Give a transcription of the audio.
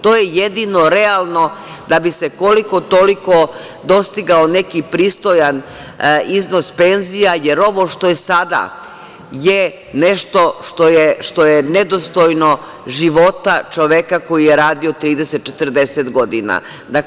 To je jedino realno da bi se koliko-toliko dostigao neki pristojan iznos penzija, jer ovo što je sada je nešto što je nedostojno života čoveka koji je radio 30, 40 godina.